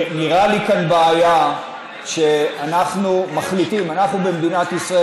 זה נראה לי כאן בעיה שאנחנו במדינת ישראל